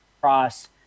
Cross